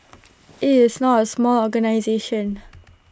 IT is not A small organisation